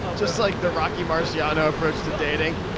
ah just like the rocky marciano approach to dating.